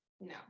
no